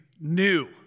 new